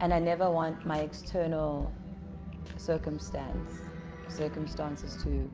and i never want my external circumstance circumstances to